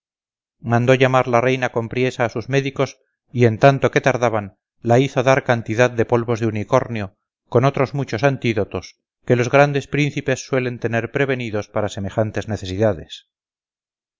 mandó llamar la reina con priesa a sus médicos y en tanto que tardaban la hizo dar cantidad de polvos de unicornio con otros muchos antídotos que los grandes príncipes suelen tener prevenidos para semejantes necesidades